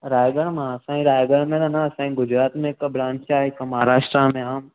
रायगढ़ मां असां बि रायगढ़ में रहंदासि असांजी गुजरात में हिकु ब्रांच आहे हिकु महाराष्ट्रा में आहे